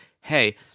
hey